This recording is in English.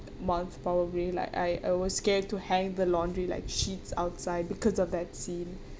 month probably like I I was scared to hang the laundry like sheets outside because of that scene